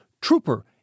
trooper